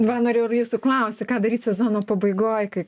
va norėjau ir jūsų klausti ką daryt sezono pabaigoj kai